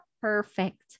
perfect